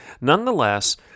nonetheless